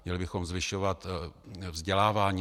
Měli bychom zvyšovat vzdělávání.